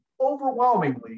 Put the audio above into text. overwhelmingly